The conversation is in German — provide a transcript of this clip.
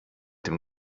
dem